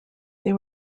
they